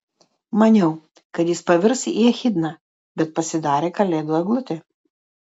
maniau kad jis pavirs į echidną bet pasidarė kalėdų eglutė